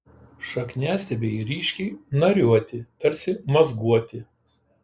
šakniastiebiai ryškiai nariuoti tarsi mazguoti